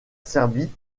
serbie